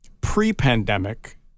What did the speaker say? pre-pandemic